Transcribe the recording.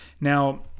Now